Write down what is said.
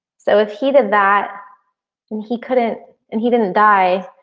so if he did that and he couldn't and he didn't die,